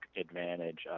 advantage